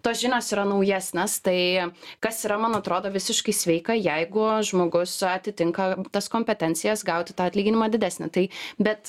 tos žinios yra naujesnės tai kas yra man atrodo visiškai sveika jeigu žmogus atitinka tas kompetencijas gauti tą atlyginimą didesnį tai bet